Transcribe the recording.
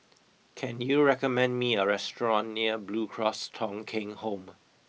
can you recommend me a restaurant near Blue Cross Thong Kheng Home